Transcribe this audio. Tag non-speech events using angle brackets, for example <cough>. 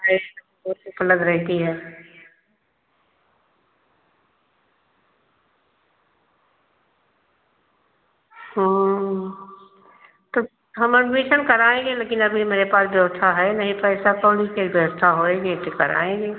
<unintelligible> लग रही थी तो हम अड्मिसन कराएंगे लेकिन अभी मेरे पास व्यवस्था है नहीं पैसा <unintelligible> व्यवस्था होएगी तो कराएंगे